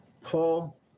Paul